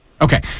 Okay